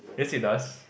yes it does